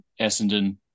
Essendon